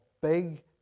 big